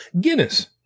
Guinness